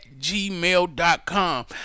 gmail.com